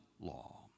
law